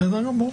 בסדר גמור.